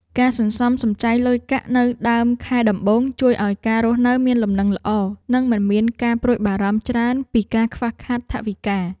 ការសន្សំសំចៃលុយកាក់នៅដើមខែដំបូងជួយឱ្យការរស់នៅមានលំនឹងល្អនិងមិនមានការព្រួយបារម្ភច្រើនពីការខ្វះខាតថវិកា។